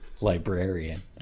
librarian